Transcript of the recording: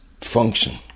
function